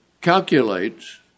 calculates